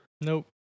Nope